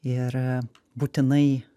ir būtinai